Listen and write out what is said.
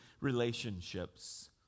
relationships